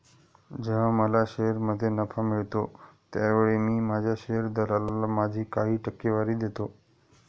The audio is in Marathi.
जेव्हा मला शेअरमध्ये नफा मिळतो त्यावेळी मी माझ्या शेअर दलालाला माझी काही टक्केवारी देतो